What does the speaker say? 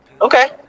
Okay